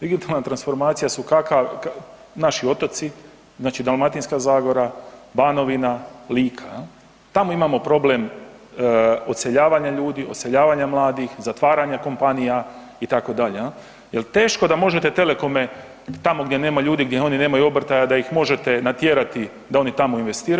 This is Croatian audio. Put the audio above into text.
Digitalna transformacija su naši otoci, znači Dalmatinska zagora, Banovina, Lika, jel, tamo imamo problem odseljavanja ljudi, odseljavanja mladih, zatvaranja kompanija itd., jel, jer teško da možete telekome tamo gdje nema ljudi, gdje oni nemaju obrtaja da ih možete natjerati da oni tamo investiraju.